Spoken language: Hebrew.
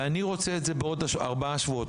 ואני רוצה את זה בעוד ארבעה שבועות,